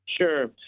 Sure